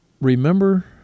remember